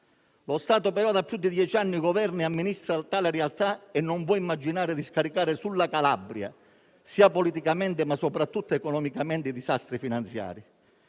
lo Stato però da più di dieci anni governa e amministra tale realtà e non può immaginare di scaricare sulla Calabria, sia politicamente, ma soprattutto economicamente, i disastri finanziari.